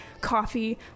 coffee